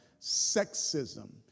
sexism